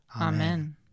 Amen